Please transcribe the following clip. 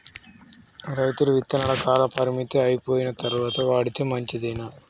రైతులు విత్తనాల కాలపరిమితి అయిపోయిన తరువాత వాడితే మంచిదేనా?